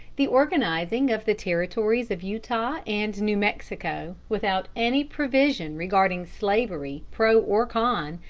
the organizing of the territories of utah and new mexico without any provision regarding slavery pro or con,